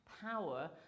power